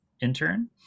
intern